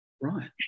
Right